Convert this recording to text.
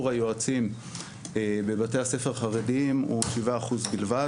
היועצים בבתי הספר החרדיים הוא שבעה אחוז בלבד,